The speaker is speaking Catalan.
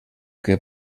que